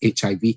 HIV